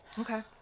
Okay